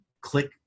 click